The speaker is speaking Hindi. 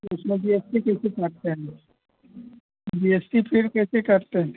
उसमें जी एस टी कैसे काटते हैं जी एस टी फिर कैसे काटते हैं